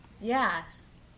Yes